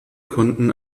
konnten